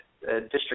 district